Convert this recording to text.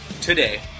today